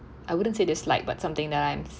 I wouldn't say dislike but something that I'm